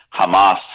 Hamas